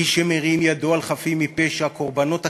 מי שמרים ידו על חפים מפשע, קורבנות אקראיים,